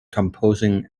composing